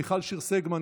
מיכל שיר סגמן,